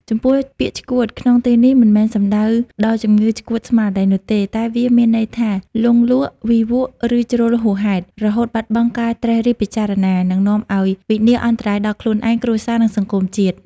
ចំពោះ ពាក្យ ឆ្កួត ក្នុងទីនេះមិនមែនសំដៅដល់ជំងឺឆ្កួតស្មារតីនោះទេ តែវាមានន័យថា លង់លក់ វក់វី ឬ ជ្រុលហួសហេតុ រហូតបាត់បង់ការត្រិះរិះពិចារណា និងនាំឲ្យវិនាសអន្តរាយដល់ខ្លួនឯង គ្រួសារ និងសង្គមជាតិ។